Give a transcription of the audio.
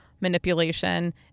manipulation